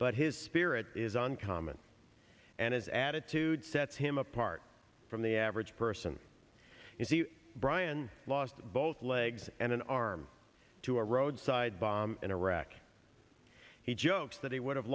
but his spirit is uncommon and his attitude sets him apart from the average person is he brian lost both legs and an arm to a roadside bomb in iraq he jokes that he would have